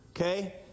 okay